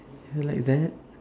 I mean like that